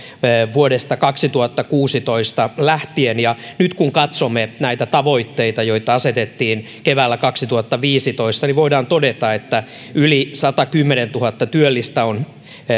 vuodesta kaksituhattakuusitoista lähtien ja nyt kun katsomme näitä tavoitteita joita asetettiin keväällä kaksituhattaviisitoista niin voidaan todeta että yli satakymmentätuhatta työllistä on